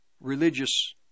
religious